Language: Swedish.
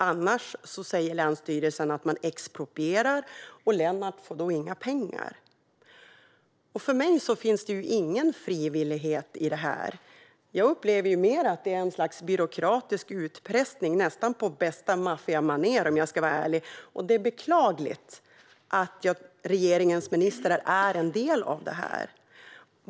Länsstyrelsen säger att man annars exproprierar, och Lennart får då inga pengar. För mig finns det ingen frivillighet i det här. Jag upplever mer att det är ett slags byråkratisk utpressning nästan på bästa maffiamanér, om jag ska vara ärlig. Det är beklagligt att regeringens ministrar är en del av det.